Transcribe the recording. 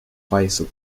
bicycle